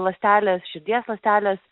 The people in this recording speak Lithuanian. ląstelės širdies ląstelės